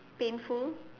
painful